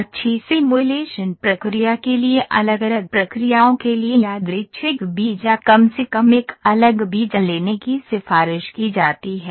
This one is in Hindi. अच्छी सिमुलेशन प्रक्रिया के लिए अलग अलग प्रक्रियाओं के लिए यादृच्छिक बीज या कम से कम एक अलग बीज लेने की सिफारिश की जाती है